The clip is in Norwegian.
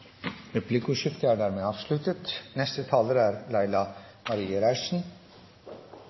Replikkordskiftet er dermed avsluttet